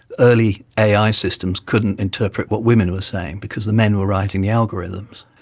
early ai systems couldn't interpret what women were saying because the men were writing the algorithms.